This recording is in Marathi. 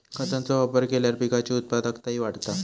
खतांचो वापर केल्यार पिकाची उत्पादकताही वाढता